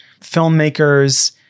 filmmakers